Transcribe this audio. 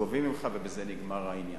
גובים ממך ובזה נגמר העניין.